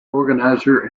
organizer